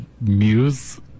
muse